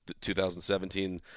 2017